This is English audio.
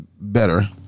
better